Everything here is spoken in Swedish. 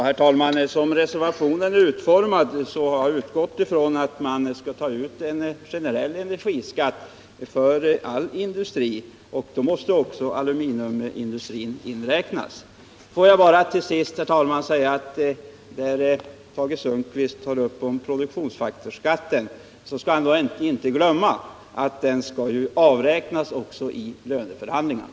Herr talman! Som reservationen är utformad har jag utgått ifrån att man skall ta ut en generell energiskatt för all industri. Då måste även aluminiumindustrin inräknas. Får jag bara till sist, herr talman, säga att när Tage Sundkvist tar upp produktionsfaktorsskatten skall han inte glömma bort att den skall avräknas vid löneförhandlingarna.